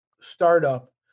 startup